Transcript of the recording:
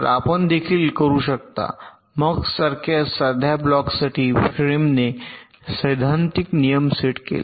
तर आपण देखील करू शकता MUX सारख्या साध्या ब्लॉक्ससाठी फ्रेमने सैद्धांतिक नियम सेट केले